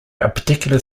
particular